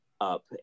up